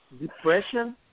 depression